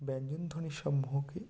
ব্যঞ্জন ধ্বনির সমূহকে